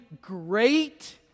Great